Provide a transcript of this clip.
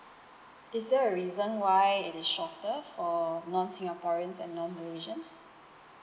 is there a reason why it is shorter for non singaporeans and non malaysians